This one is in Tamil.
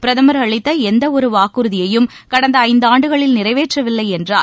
பிரதமர் அளித்த எந்தவொரு வாக்குறுதியையும் கடந்த ஐந்தாண்டுகளில் நிறைவேற்றவில்லை என்றார்